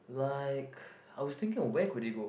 like I was thinking of where could they go